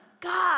God